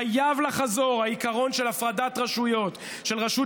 חייב לחזור העיקרון של הפרדת רשויות: של רשות